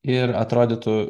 ir atrodytų